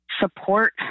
support